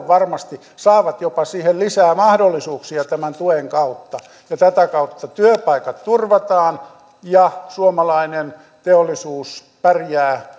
varmasti saavat jopa siihen lisää mahdollisuuksia tämän tuen kautta tätä kautta työpaikat turvataan ja suomalainen teollisuus pärjää